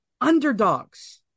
underdogs